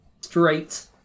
Straight